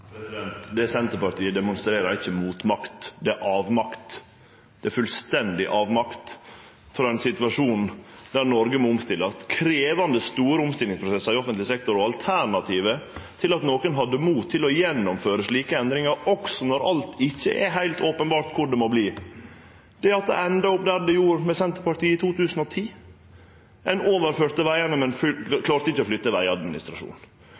Det Senterpartiet demonstrerer, er ikkje motmakt, det er avmakt, det er fullstendig avmakt for ein situasjon der Noreg må omstillast – med krevjande store omstillingsprosessar i offentleg sektor. Alternativet til at nokon har mot til å gjennomføre slike endringar, også når det ikkje er heilt openbert korleis det må bli, er at det endar opp der det gjorde med Senterpartiet i 2010: Ein overførte vegane, men klarte ikkje å flytte